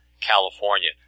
California